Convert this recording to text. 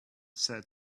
said